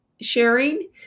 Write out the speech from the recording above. sharing